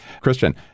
Christian